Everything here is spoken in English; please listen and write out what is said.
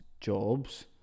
jobs